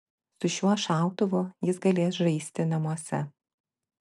su šiuo šautuvu jis galės žaisti namuose